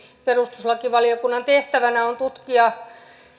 perustuslakivaliokunnan tehtävänä on tutkia